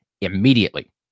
immediately